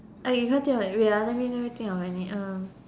uh you can't think of any wait ah let me let me think of any um